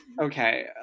Okay